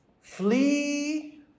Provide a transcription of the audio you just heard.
flee